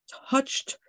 touched